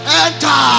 enter